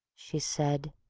she said.